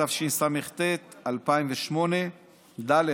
התשס"ט 2008. ד.